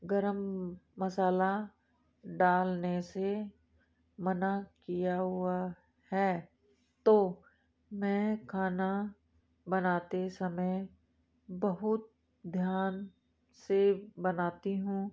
गर्म मसाला डालने से मना किया हुआ है तो मैं खाना बनाते समय बहुत ध्यान से बनाती हूँ